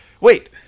Wait